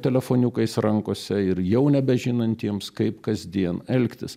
telefoniukais rankose ir jau nebežinantiems kaip kasdien elgtis